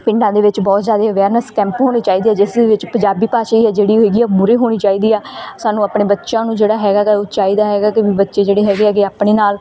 ਪਿੰਡਾਂ ਦੇ ਵਿੱਚ ਬਹੁਤ ਜ਼ਿਆਦਾ ਅਵੇਅਰਨੈਸ ਕੈਂਪ ਹੋਣੇ ਚਾਹੀਦਾ ਹੈ ਜਿਸਦੇ ਵਿੱਚ ਪੰਜਾਬੀ ਭਾਸ਼ਾ ਹੀ ਹੈ ਜਿਹੜੀ ਹੋਏਗੀ ਉਹ ਮੂਹਰੇ ਹੋਣੀ ਚਾਹੀਦੀ ਆ ਸਾਨੂੰ ਆਪਣੇ ਬੱਚਿਆਂ ਨੂੰ ਜਿਹੜਾ ਹੈਗਾ ਗਾ ਉਹ ਚਾਹੀਦਾ ਹੈਗਾ ਕਿ ਉਹ ਬੱਚੇ ਜਿਹੜੇ ਹੈਗੇ ਹੈਗੇ ਆਪਣੇ ਨਾਲ